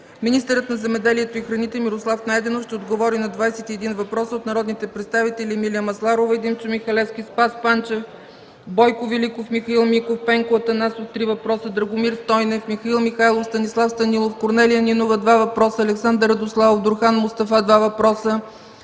Министърът на земеделието и храните Мирослав Найденов ще отговори на 21 въпроса от народните представители Емилия Масларова и Димчо Михалевски, Спас Панчев, Бойко Великов, Михаил Миков, Пенко Атанасов – три въпроса, Драгомир Стойнев, Михаил Михайлов, Станислав Станилов, Корнелия Нинова – два въпроса, Александър Радославов, Дурхан Мустафа – два въпроса,